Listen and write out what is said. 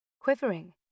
quivering